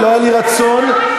פעלת בחוסר סמכות.